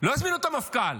לא הזמינו את המפכ"ל.